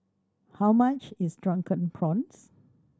how much is Drunken Prawns